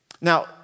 Now